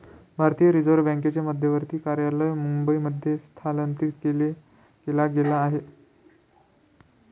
भारतीय रिझर्व बँकेचे मध्यवर्ती कार्यालय मुंबई मध्ये स्थलांतरित केला गेल आहे